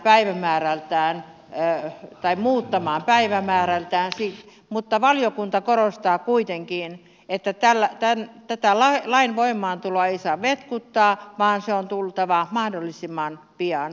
lain voimaantuloa jouduttiin valiokunnassa muuttamaan päivämäärältään mutta valiokunta korostaa kuitenkin että tätä lain voimaantuloa ei saa vetkuttaa vaan sen on tultava mahdollisimman pian voimaan